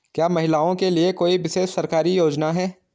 क्या महिलाओं के लिए कोई विशेष सरकारी योजना है?